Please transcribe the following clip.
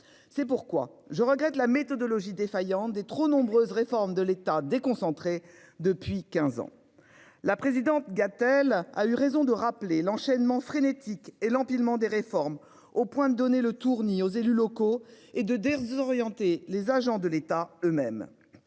C'est pourquoi je regrette la méthodologie défaillante des trop nombreuses réformes de l'État déconcentrer depuis 15 ans. La présidente Gatel a eu raison de rappeler l'enchaînement frénétique et l'empilement des réformes au point de donner le tournis aux élus locaux et de désorienter les agents de l'État eux-même